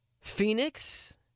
Phoenix